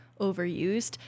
overused